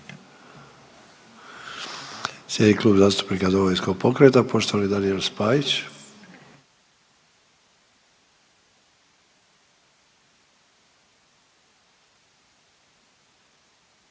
Slijedi Klub zastupnika Domovinskog pokrata poštovani Daniel Spajić.